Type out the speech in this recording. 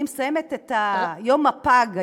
אני מסיימת את יום הפג,